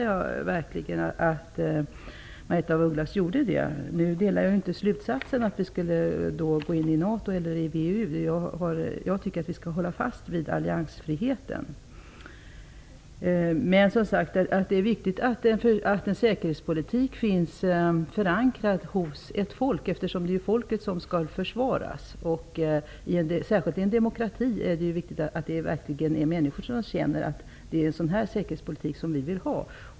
Jag delar emellertid inte slutsatsen, att vi skulle gå med i NATO eller VEU. Jag tycker att vi skall hålla fast vid alliansfriheten. Men det är viktigt att säkerhetspolitiken är förankrad hos folket; det är ju folket som skall försvaras. Särskilt i en demokrati är det viktigt att människorna känner att man för den säkerhetspolitik de vill ha.